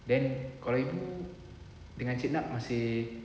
then kalau ibu dengan cik na masih